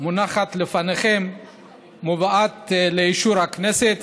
המונחת לפניכם מובאת לאישור הכנסת